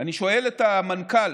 אני שואל את המנכ"ל